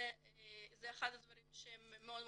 זה אחד הדברים שכואבים מאוד.